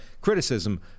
criticism